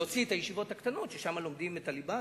להוציא את הישיבות הקטנות ששם לומדים את הליבה,